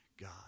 God